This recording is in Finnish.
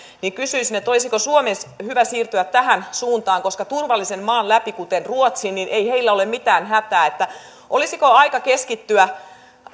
ja kysyisin olisiko suomen hyvä siirtyä tähän suuntaan koska mennessään turvallisen maan läpi kuten ruotsin ei heillä ole mitään hätää olisiko aika keskittyä